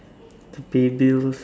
to pay bills